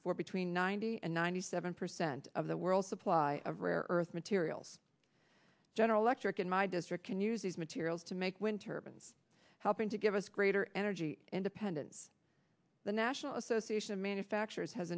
for between ninety and ninety seven percent of the world's supply of rare earth materials general electric in my district can use these materials to make winter been helping to give us greater energy independence the national association of manufacturers has